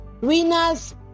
Winners